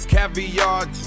Caviar